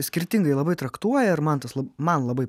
skirtingai labai traktuoja ir man tas man labai patinka